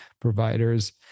providers